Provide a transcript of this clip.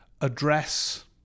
address